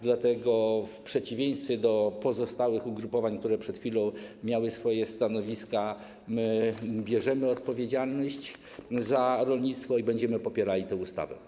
Dlatego w przeciwieństwie do pozostałych ugrupowań, które przed chwilą przedstawiały swoje stanowiska, bierzemy odpowiedzialność za rolnictwo i będziemy popierali tę ustawę.